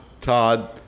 Todd